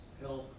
health